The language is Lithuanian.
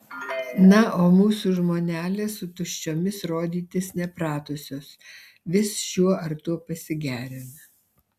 na o mūsų žmonelės su tuščiomis rodytis nepratusios vis šiuo ar tuo pasigerina